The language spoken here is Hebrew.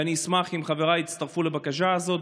ואני אשמח אם חבריי יצטרפו לבקשה הזאת.